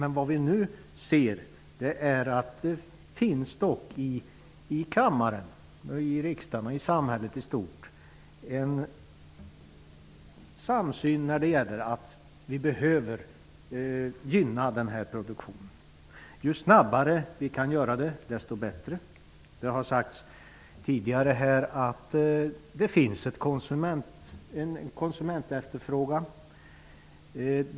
Men vad vi nu kan konstatera är att det i riksdagen och i samhället i stort råder en samsyn om behovet av att gynna denna produktion. Ju snabbare vi kan göra det, desto bättre. Det har sagts tidigare här att det finns en konsumentefterfrågan.